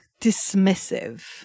dismissive